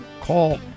call